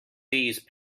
these